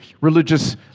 religious